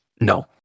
No